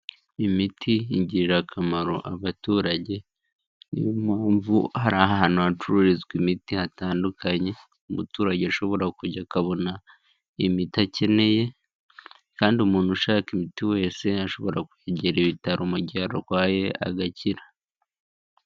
Imiti igirira akamaro abaturage ni yo mpamvu hari ahantu hacururizwa imiti hatandukanye umuturage ashobora kujya akabona imiti akeneye kandi umuntu ushaka imiti wese ashobora kwegera ibitaro mu gihe arwaye agakira.